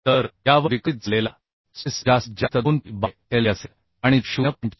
तर यावर विकसित झालेला स्ट्रेस जास्तीत जास्त 2 P बाय Lb असेल आणि तो 0